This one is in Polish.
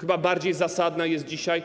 Chyba bardziej zasadna jest dzisiaj